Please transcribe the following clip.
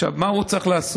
עכשיו, מה הוא צריך לעשות?